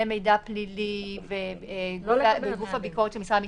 מידע פלילי וגוף הביקורת של משרד המשפטים.